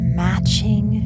matching